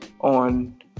on